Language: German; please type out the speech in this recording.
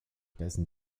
dessen